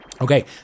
Okay